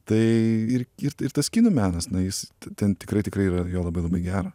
tai ir ir ir tas kinų menas na jis ten tikrai tikrai yra jo labai labai gero